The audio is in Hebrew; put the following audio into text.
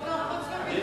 בעד, 8, נגד, 3, אין